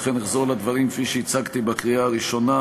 לכן אחזור על הדברים שהצגתי בקריאה הראשונה.